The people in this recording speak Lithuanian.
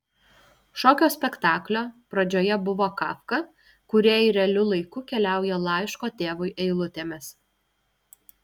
šokio spektaklio pradžioje buvo kafka kūrėjai realiu laiku keliauja laiško tėvui eilutėmis